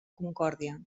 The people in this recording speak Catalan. concòrdia